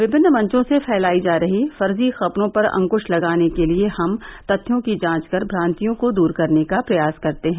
विभिन्न मंचों से फैलाई जा रही फर्जी खबरों पर अंकुश लगाने के लिए हम तथ्यों की जांच कर भ्रान्तियों को दूर करने का प्रयास करते हैं